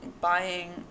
buying